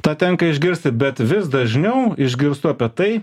tad tenka išgirsti bet vis dažniau išgirstu apie tai